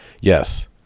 Yes